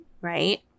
right